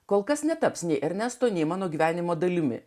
kol kas netaps nei ernesto nei mano gyvenimo dalimi